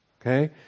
Okay